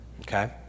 Okay